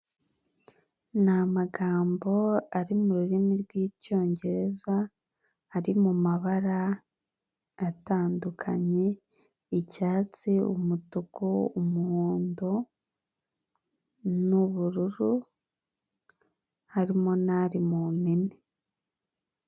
Ni amagambo ari mu rurimi rw'icyongereza ari mumabara atandukanye icyatsi umutuku umuhondo, n'ubururu harimo n'ari mu mpine.